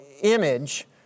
image